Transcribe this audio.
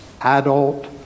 adult